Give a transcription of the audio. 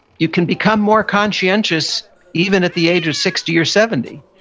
you can become more conscientious even at the age of sixty or seventy.